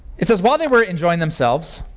it says while they were enjoying themselves,